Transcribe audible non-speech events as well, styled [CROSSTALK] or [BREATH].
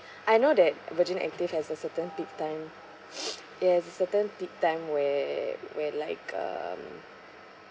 I know that virgin active has a certain peak time [BREATH] it has a certain peak time where where like um I think uh